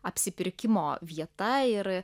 apsipirkimo vieta ir